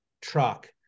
truck